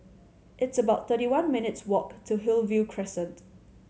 it's about thirty one minutes' walk to Hillview Crescent